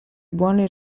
buoni